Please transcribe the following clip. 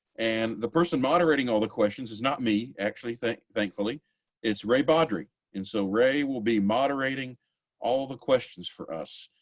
and the person moderating all the questions is not me actually, thankfully it's ray bodrey and so ray will be moderating all the questions for us.